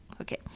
Okay